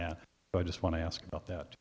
that but i just want to ask about that